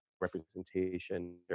representation